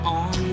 on